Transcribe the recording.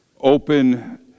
open